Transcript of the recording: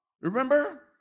Remember